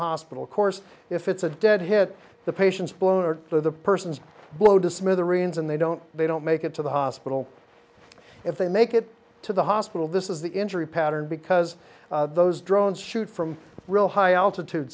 hospital of course if it's a dead hit the patients blow to the person's blow to smithereens and they don't they don't make it to the hospital if they make it to the hospital this is the injury pattern because those drones shoot from real high altitude